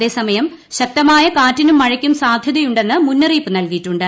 അതേസമയം ശക്തമായ കാറ്റിനും മഴയ്ക്കും സാധ്യതയുണ്ടെന്ന് മുന്നറിയിപ്പ് നൽകിയിട്ടുണ്ട്